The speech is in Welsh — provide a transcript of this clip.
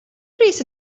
pris